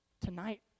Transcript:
tonight